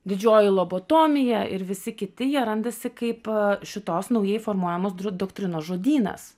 didžioji lobotomija ir visi kiti jie randasi kaip šitos naujai formuojamos dru doktrinos žodynas